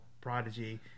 Prodigy